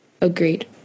Agreed